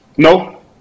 No